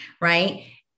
right